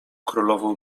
królową